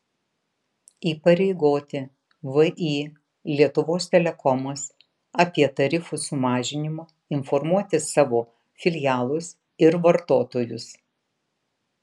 įpareigoti vį lietuvos telekomas apie tarifų sumažinimą informuoti savo filialus ir vartotojus